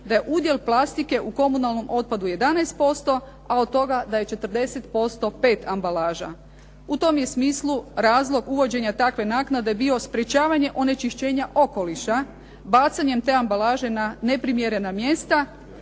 da je udjel plastike u komunalnom otpadu 11%, a od toga da je 40% PET ambalaža. U tom je smislu razlog uvođenja takve naknade bio sprečavanje onečišćenja okoliša bacanjem te ambalaže na neprimjerena mjesta,